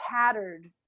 tattered